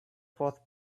fourth